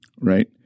right